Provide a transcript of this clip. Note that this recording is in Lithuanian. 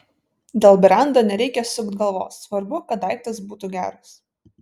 dėl brendo nereikia sukt galvos svarbu kad daiktas būtų geras